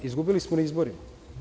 Izgubili smo na izborima.